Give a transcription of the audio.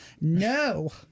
No